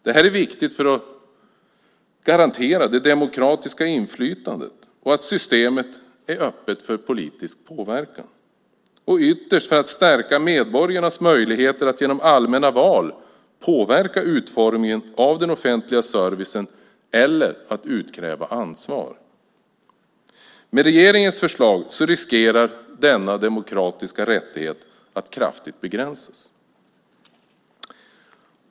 Detta är viktigt för att garantera det demokratiska inflytandet och att systemet är öppet för politisk påverkan. Ytterst är det viktigt för att stärka medborgarnas möjligheter att genom allmänna val påverka utformningen av den offentliga servicen eller att utkräva ansvar. Med regeringens förslag riskerar denna demokratiska rättighet att kraftigt begränsas.